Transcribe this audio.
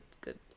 good